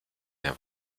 der